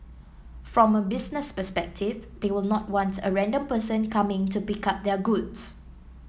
from a business perspective they will not want a random person coming to pick up their goods